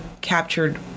captured